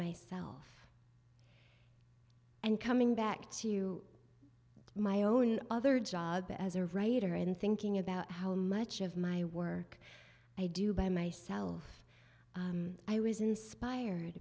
myself and coming back to you my own other job as a writer and thinking about how much of my work i do by myself i was inspir